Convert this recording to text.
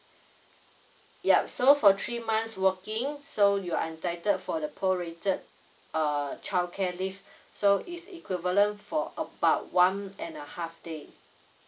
yup so for three months working so you are entitled for the prorated uh childcare leave so is equivalent for about one and a half day